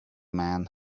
man